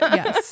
yes